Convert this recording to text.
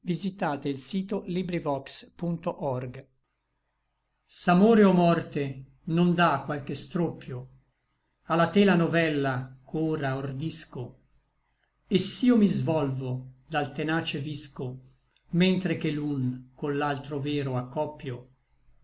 pegno s'amore o morte non dà qualche stroppio a la tela novella ch'ora ordisco et s'io mi svolvo dal tenace visco mentre che l'un coll'altro vero accoppio